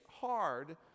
hard